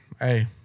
Hey